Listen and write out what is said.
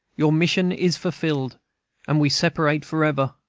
your mission is fulfilled and we separate forever.